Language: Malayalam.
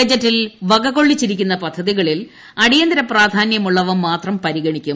ബജറ്റിൽ വക കൊള്ളിച്ചിരിക്കുന്ന പദ്ധതികളിൽ അടിയന്തിര പ്രാധാനൃമുള്ളവ മാത്രം പരിഗ്ണിക്കും